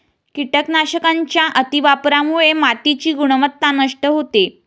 कीटकनाशकांच्या अतिवापरामुळे मातीची गुणवत्ता नष्ट होते